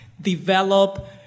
develop